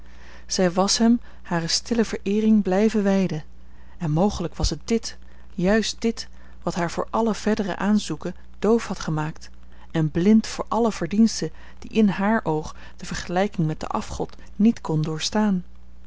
zij was hem hare stille vereering blijven wijden en mogelijk was het dit juist dit wat haar voor alle verdere aanzoeken doof had gemaakt en blind voor alle verdienste die in haar oog de vergelijking met den afgod niet kon doorstaan